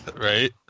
Right